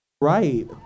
right